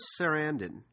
Sarandon